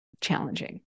challenging